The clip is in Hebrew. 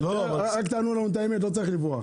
רק תענו לנו את האמת, לא צריך לברוח.